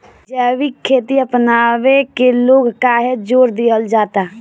जैविक खेती अपनावे के लोग काहे जोड़ दिहल जाता?